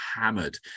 hammered